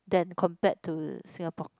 than compared to Singapore